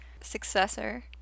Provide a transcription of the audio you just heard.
successor